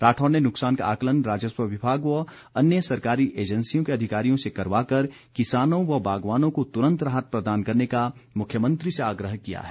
राठौर ने नुकसान का आकंलन राजस्व विभाग व अन्य सरकारी एंजेसियों के अधिकारियों से करवाकर किसानों व बागवानों को तुरंत राहत प्रदान करने का मुख्यमंत्री से आग्रह किया है